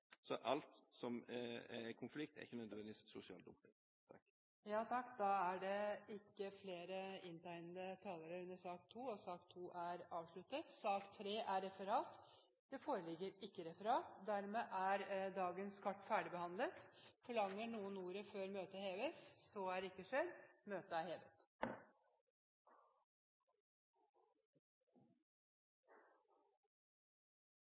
Alt som er konflikt, er ikke nødvendigvis sosial dumping. Da er sak nr. 2 ferdigbehandlet. Det foreligger ikke noe referat. Dermed er dagens kart ferdigbehandlet. Forlanger noen ordet før møtet heves? – Møtet er hevet.